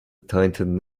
tightened